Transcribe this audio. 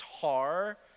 tar